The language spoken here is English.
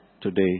today